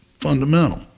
fundamental